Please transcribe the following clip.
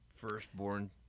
firstborn